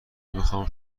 میخواهم